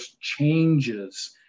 changes